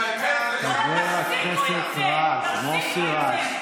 חבר הכנסת רז, מוסי רז.